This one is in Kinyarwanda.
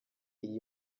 iyi